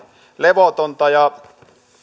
levotonta ja